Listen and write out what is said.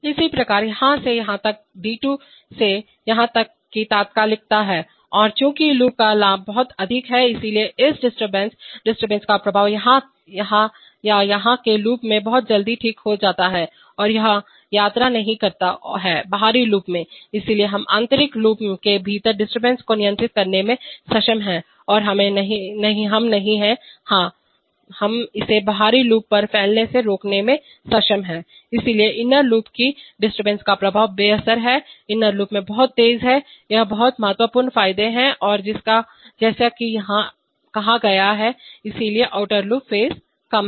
इसी प्रकार यहाँ से यहाँ तक d2 से यहाँ तक की तात्कालिकता है और चूँकि इस लूप का लाभ बहुत अधिक है इसलिए इस डिस्टर्बेंस डिस्टर्बेंस का प्रभाव यहाँ या यहाँ के लूप में बहुत जल्दी ठीक हो जाता है और यह यात्रा नहीं करता है बाहरी लूप में इसलिए हम आंतरिक लूप के भीतर डिस्टर्बेंस को नियंत्रित करने में सक्षम हैं और हम नहीं हैं हां हम इसे बाहरी लूप पर फैलने से रोकने में सक्षम हैं इसलिए इनर लूप की डिस्टर्बेंस का प्रभाव बेअसर है इनरलूप में बहुत तेज ये बहुत महत्वपूर्ण फायदे हैं और जैसा कि यहां कहा गया है इसलिए आउटर लूप फेज कम है